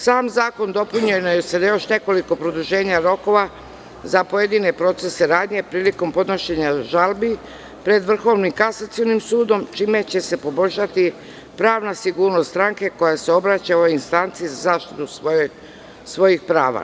Sam zakon je dopunjen sa još nekoliko produženja rokova za pojedine procesne radnje prilikom podnošenja žalbi pred Vrhovnim kasacionim sudom, čime će se poboljšati pravna sigurnost stranke koja se obraća ovoj istanci za zaštitu svoji prava.